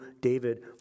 David